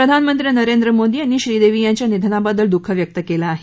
प्रधानमंत्री नरेंद्र मोदी यांनी श्रीदेवी यांच्या निधनाबद्दल दुःख व्यक्त केलं आहे